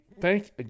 thank